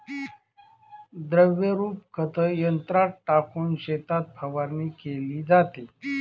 द्रवरूप खत यंत्रात टाकून शेतात फवारणी केली जाते